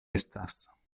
estas